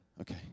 Okay